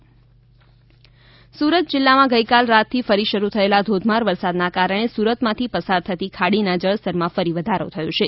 સુરત વરસાદ સુરત જિલ્લામાં ગઈકાલ રાતથી ફરી શરૂ થયેલા ધોધમાર વરસાદના કારણે સુરતમાંથી પસાર થતી ખાડીના જળસ્તરમાં ફરી વધારો થયો છે